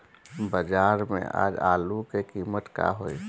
बाजार में आज आलू के कीमत का होई?